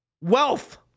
Wealth